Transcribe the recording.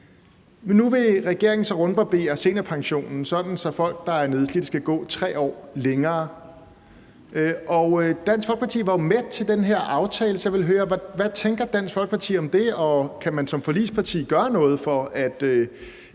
Nu vil regeringen så rundbarbere seniorpensionen, sådan at folk, der er nedslidte, skal gå 3 år længere. Dansk Folkeparti var jo med til den her aftale, så jeg vil høre, hvad Dansk Folkeparti tænker om det, og om man som forligsparti kan gøre noget, for at